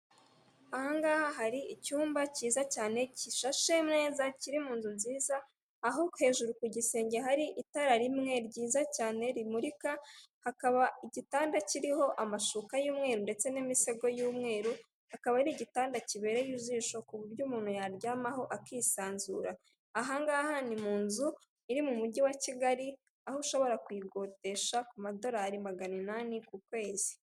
Aha ngaha hari icyumba cyiza cyane, kishashe neza, kiri mu nzu nziza, aho hejuru ku gisenge hari itara rimwe ryiza cyane rimurika, hakaba igitanda kiriho amashuka y'umweru ndetse n'imisego y'umweru, hakaba ari igitanda kibereye ijisho ku buryo umuntu yaryamaho akisanzura. Aha ngaha ni mu nzu iri mu Mujyi wa Kigali, aho ushobora kuyikodesha ku madorari magana inani ku kwezi.